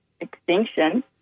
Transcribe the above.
extinction